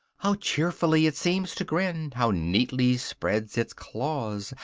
how cheerfully it seems to grin! how neatly spreads its claws!